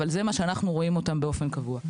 אבל זה מה שאנחנו רואים אותם באופן קבוע.